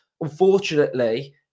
unfortunately